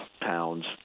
pounds